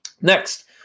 Next